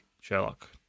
Sherlock